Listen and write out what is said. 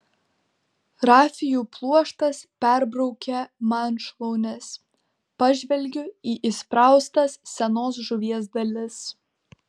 rafijų pluoštas perbraukia man šlaunis pažvelgiu į įspraustas senos žuvies dalis